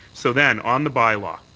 so then on the bylaw,